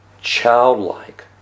Childlike